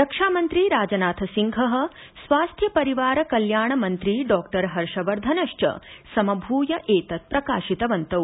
रक्षा मंत्री राजनाथ सिंहः स्वास्थ्य परिवार कल्याण मंत्री डॉक्टर हर्षवर्धनश्च समभूय एतत् प्रकाशितवन्तौ